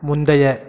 முந்தைய